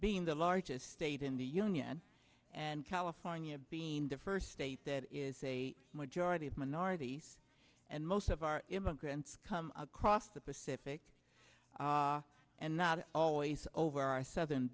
being the largest state in the union and california being the first state that is a majority of minorities and most of our immigrants come across the pacific and not always over our southern